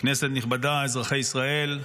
נכבדה, אזרחי ישראל,